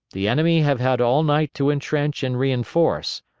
the enemy have had all night to intrench and reinforce.